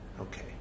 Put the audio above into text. Okay